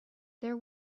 there